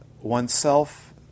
oneself